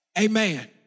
Amen